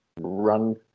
run